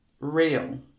real